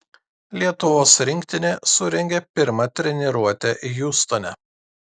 lietuvos rinktinė surengė pirmą treniruotę hjustone